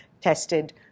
tested